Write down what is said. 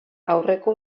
aurreko